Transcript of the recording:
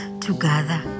together